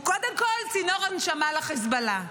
הוא קודם כול צינור הנשמה לחיזבאללה,